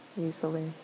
easily